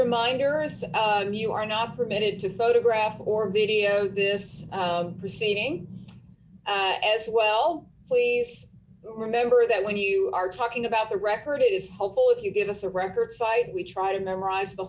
reminder as you are not permitted to photograph or video this proceeding as well please remember that when you are talking about the record it is helpful if you give us the record side we try to memorize the